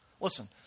Listen